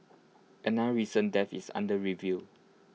another recent death is under review